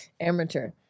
amateur